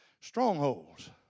Strongholds